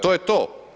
To je to.